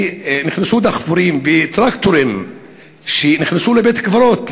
נכנסו דחפורים וטרקטורים לבית-קברות,